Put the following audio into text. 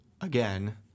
again